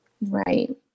Right